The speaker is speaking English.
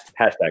hashtag